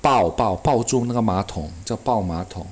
抱抱抱住那个马桶这抱马桶